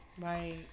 Right